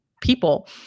people